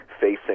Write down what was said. facing